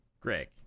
Greg